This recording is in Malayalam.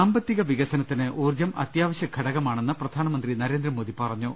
സാമ്പത്തിക വികസനത്തിന് ഊർജ്ജം അത്യാവശ്യ ഘടകമാണെന്ന് പ്രധാ നമന്ത്രി നരേന്ദ്രമോദി പറഞ്ഞു